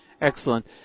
excellent